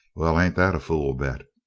well, ain't that a fool bet?